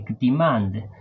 demand